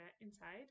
inside